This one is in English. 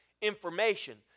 information